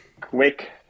quick